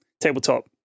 tabletop